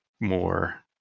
more